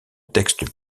texte